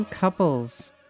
Couples